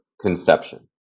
conception